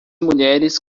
mulheres